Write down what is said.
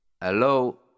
Hello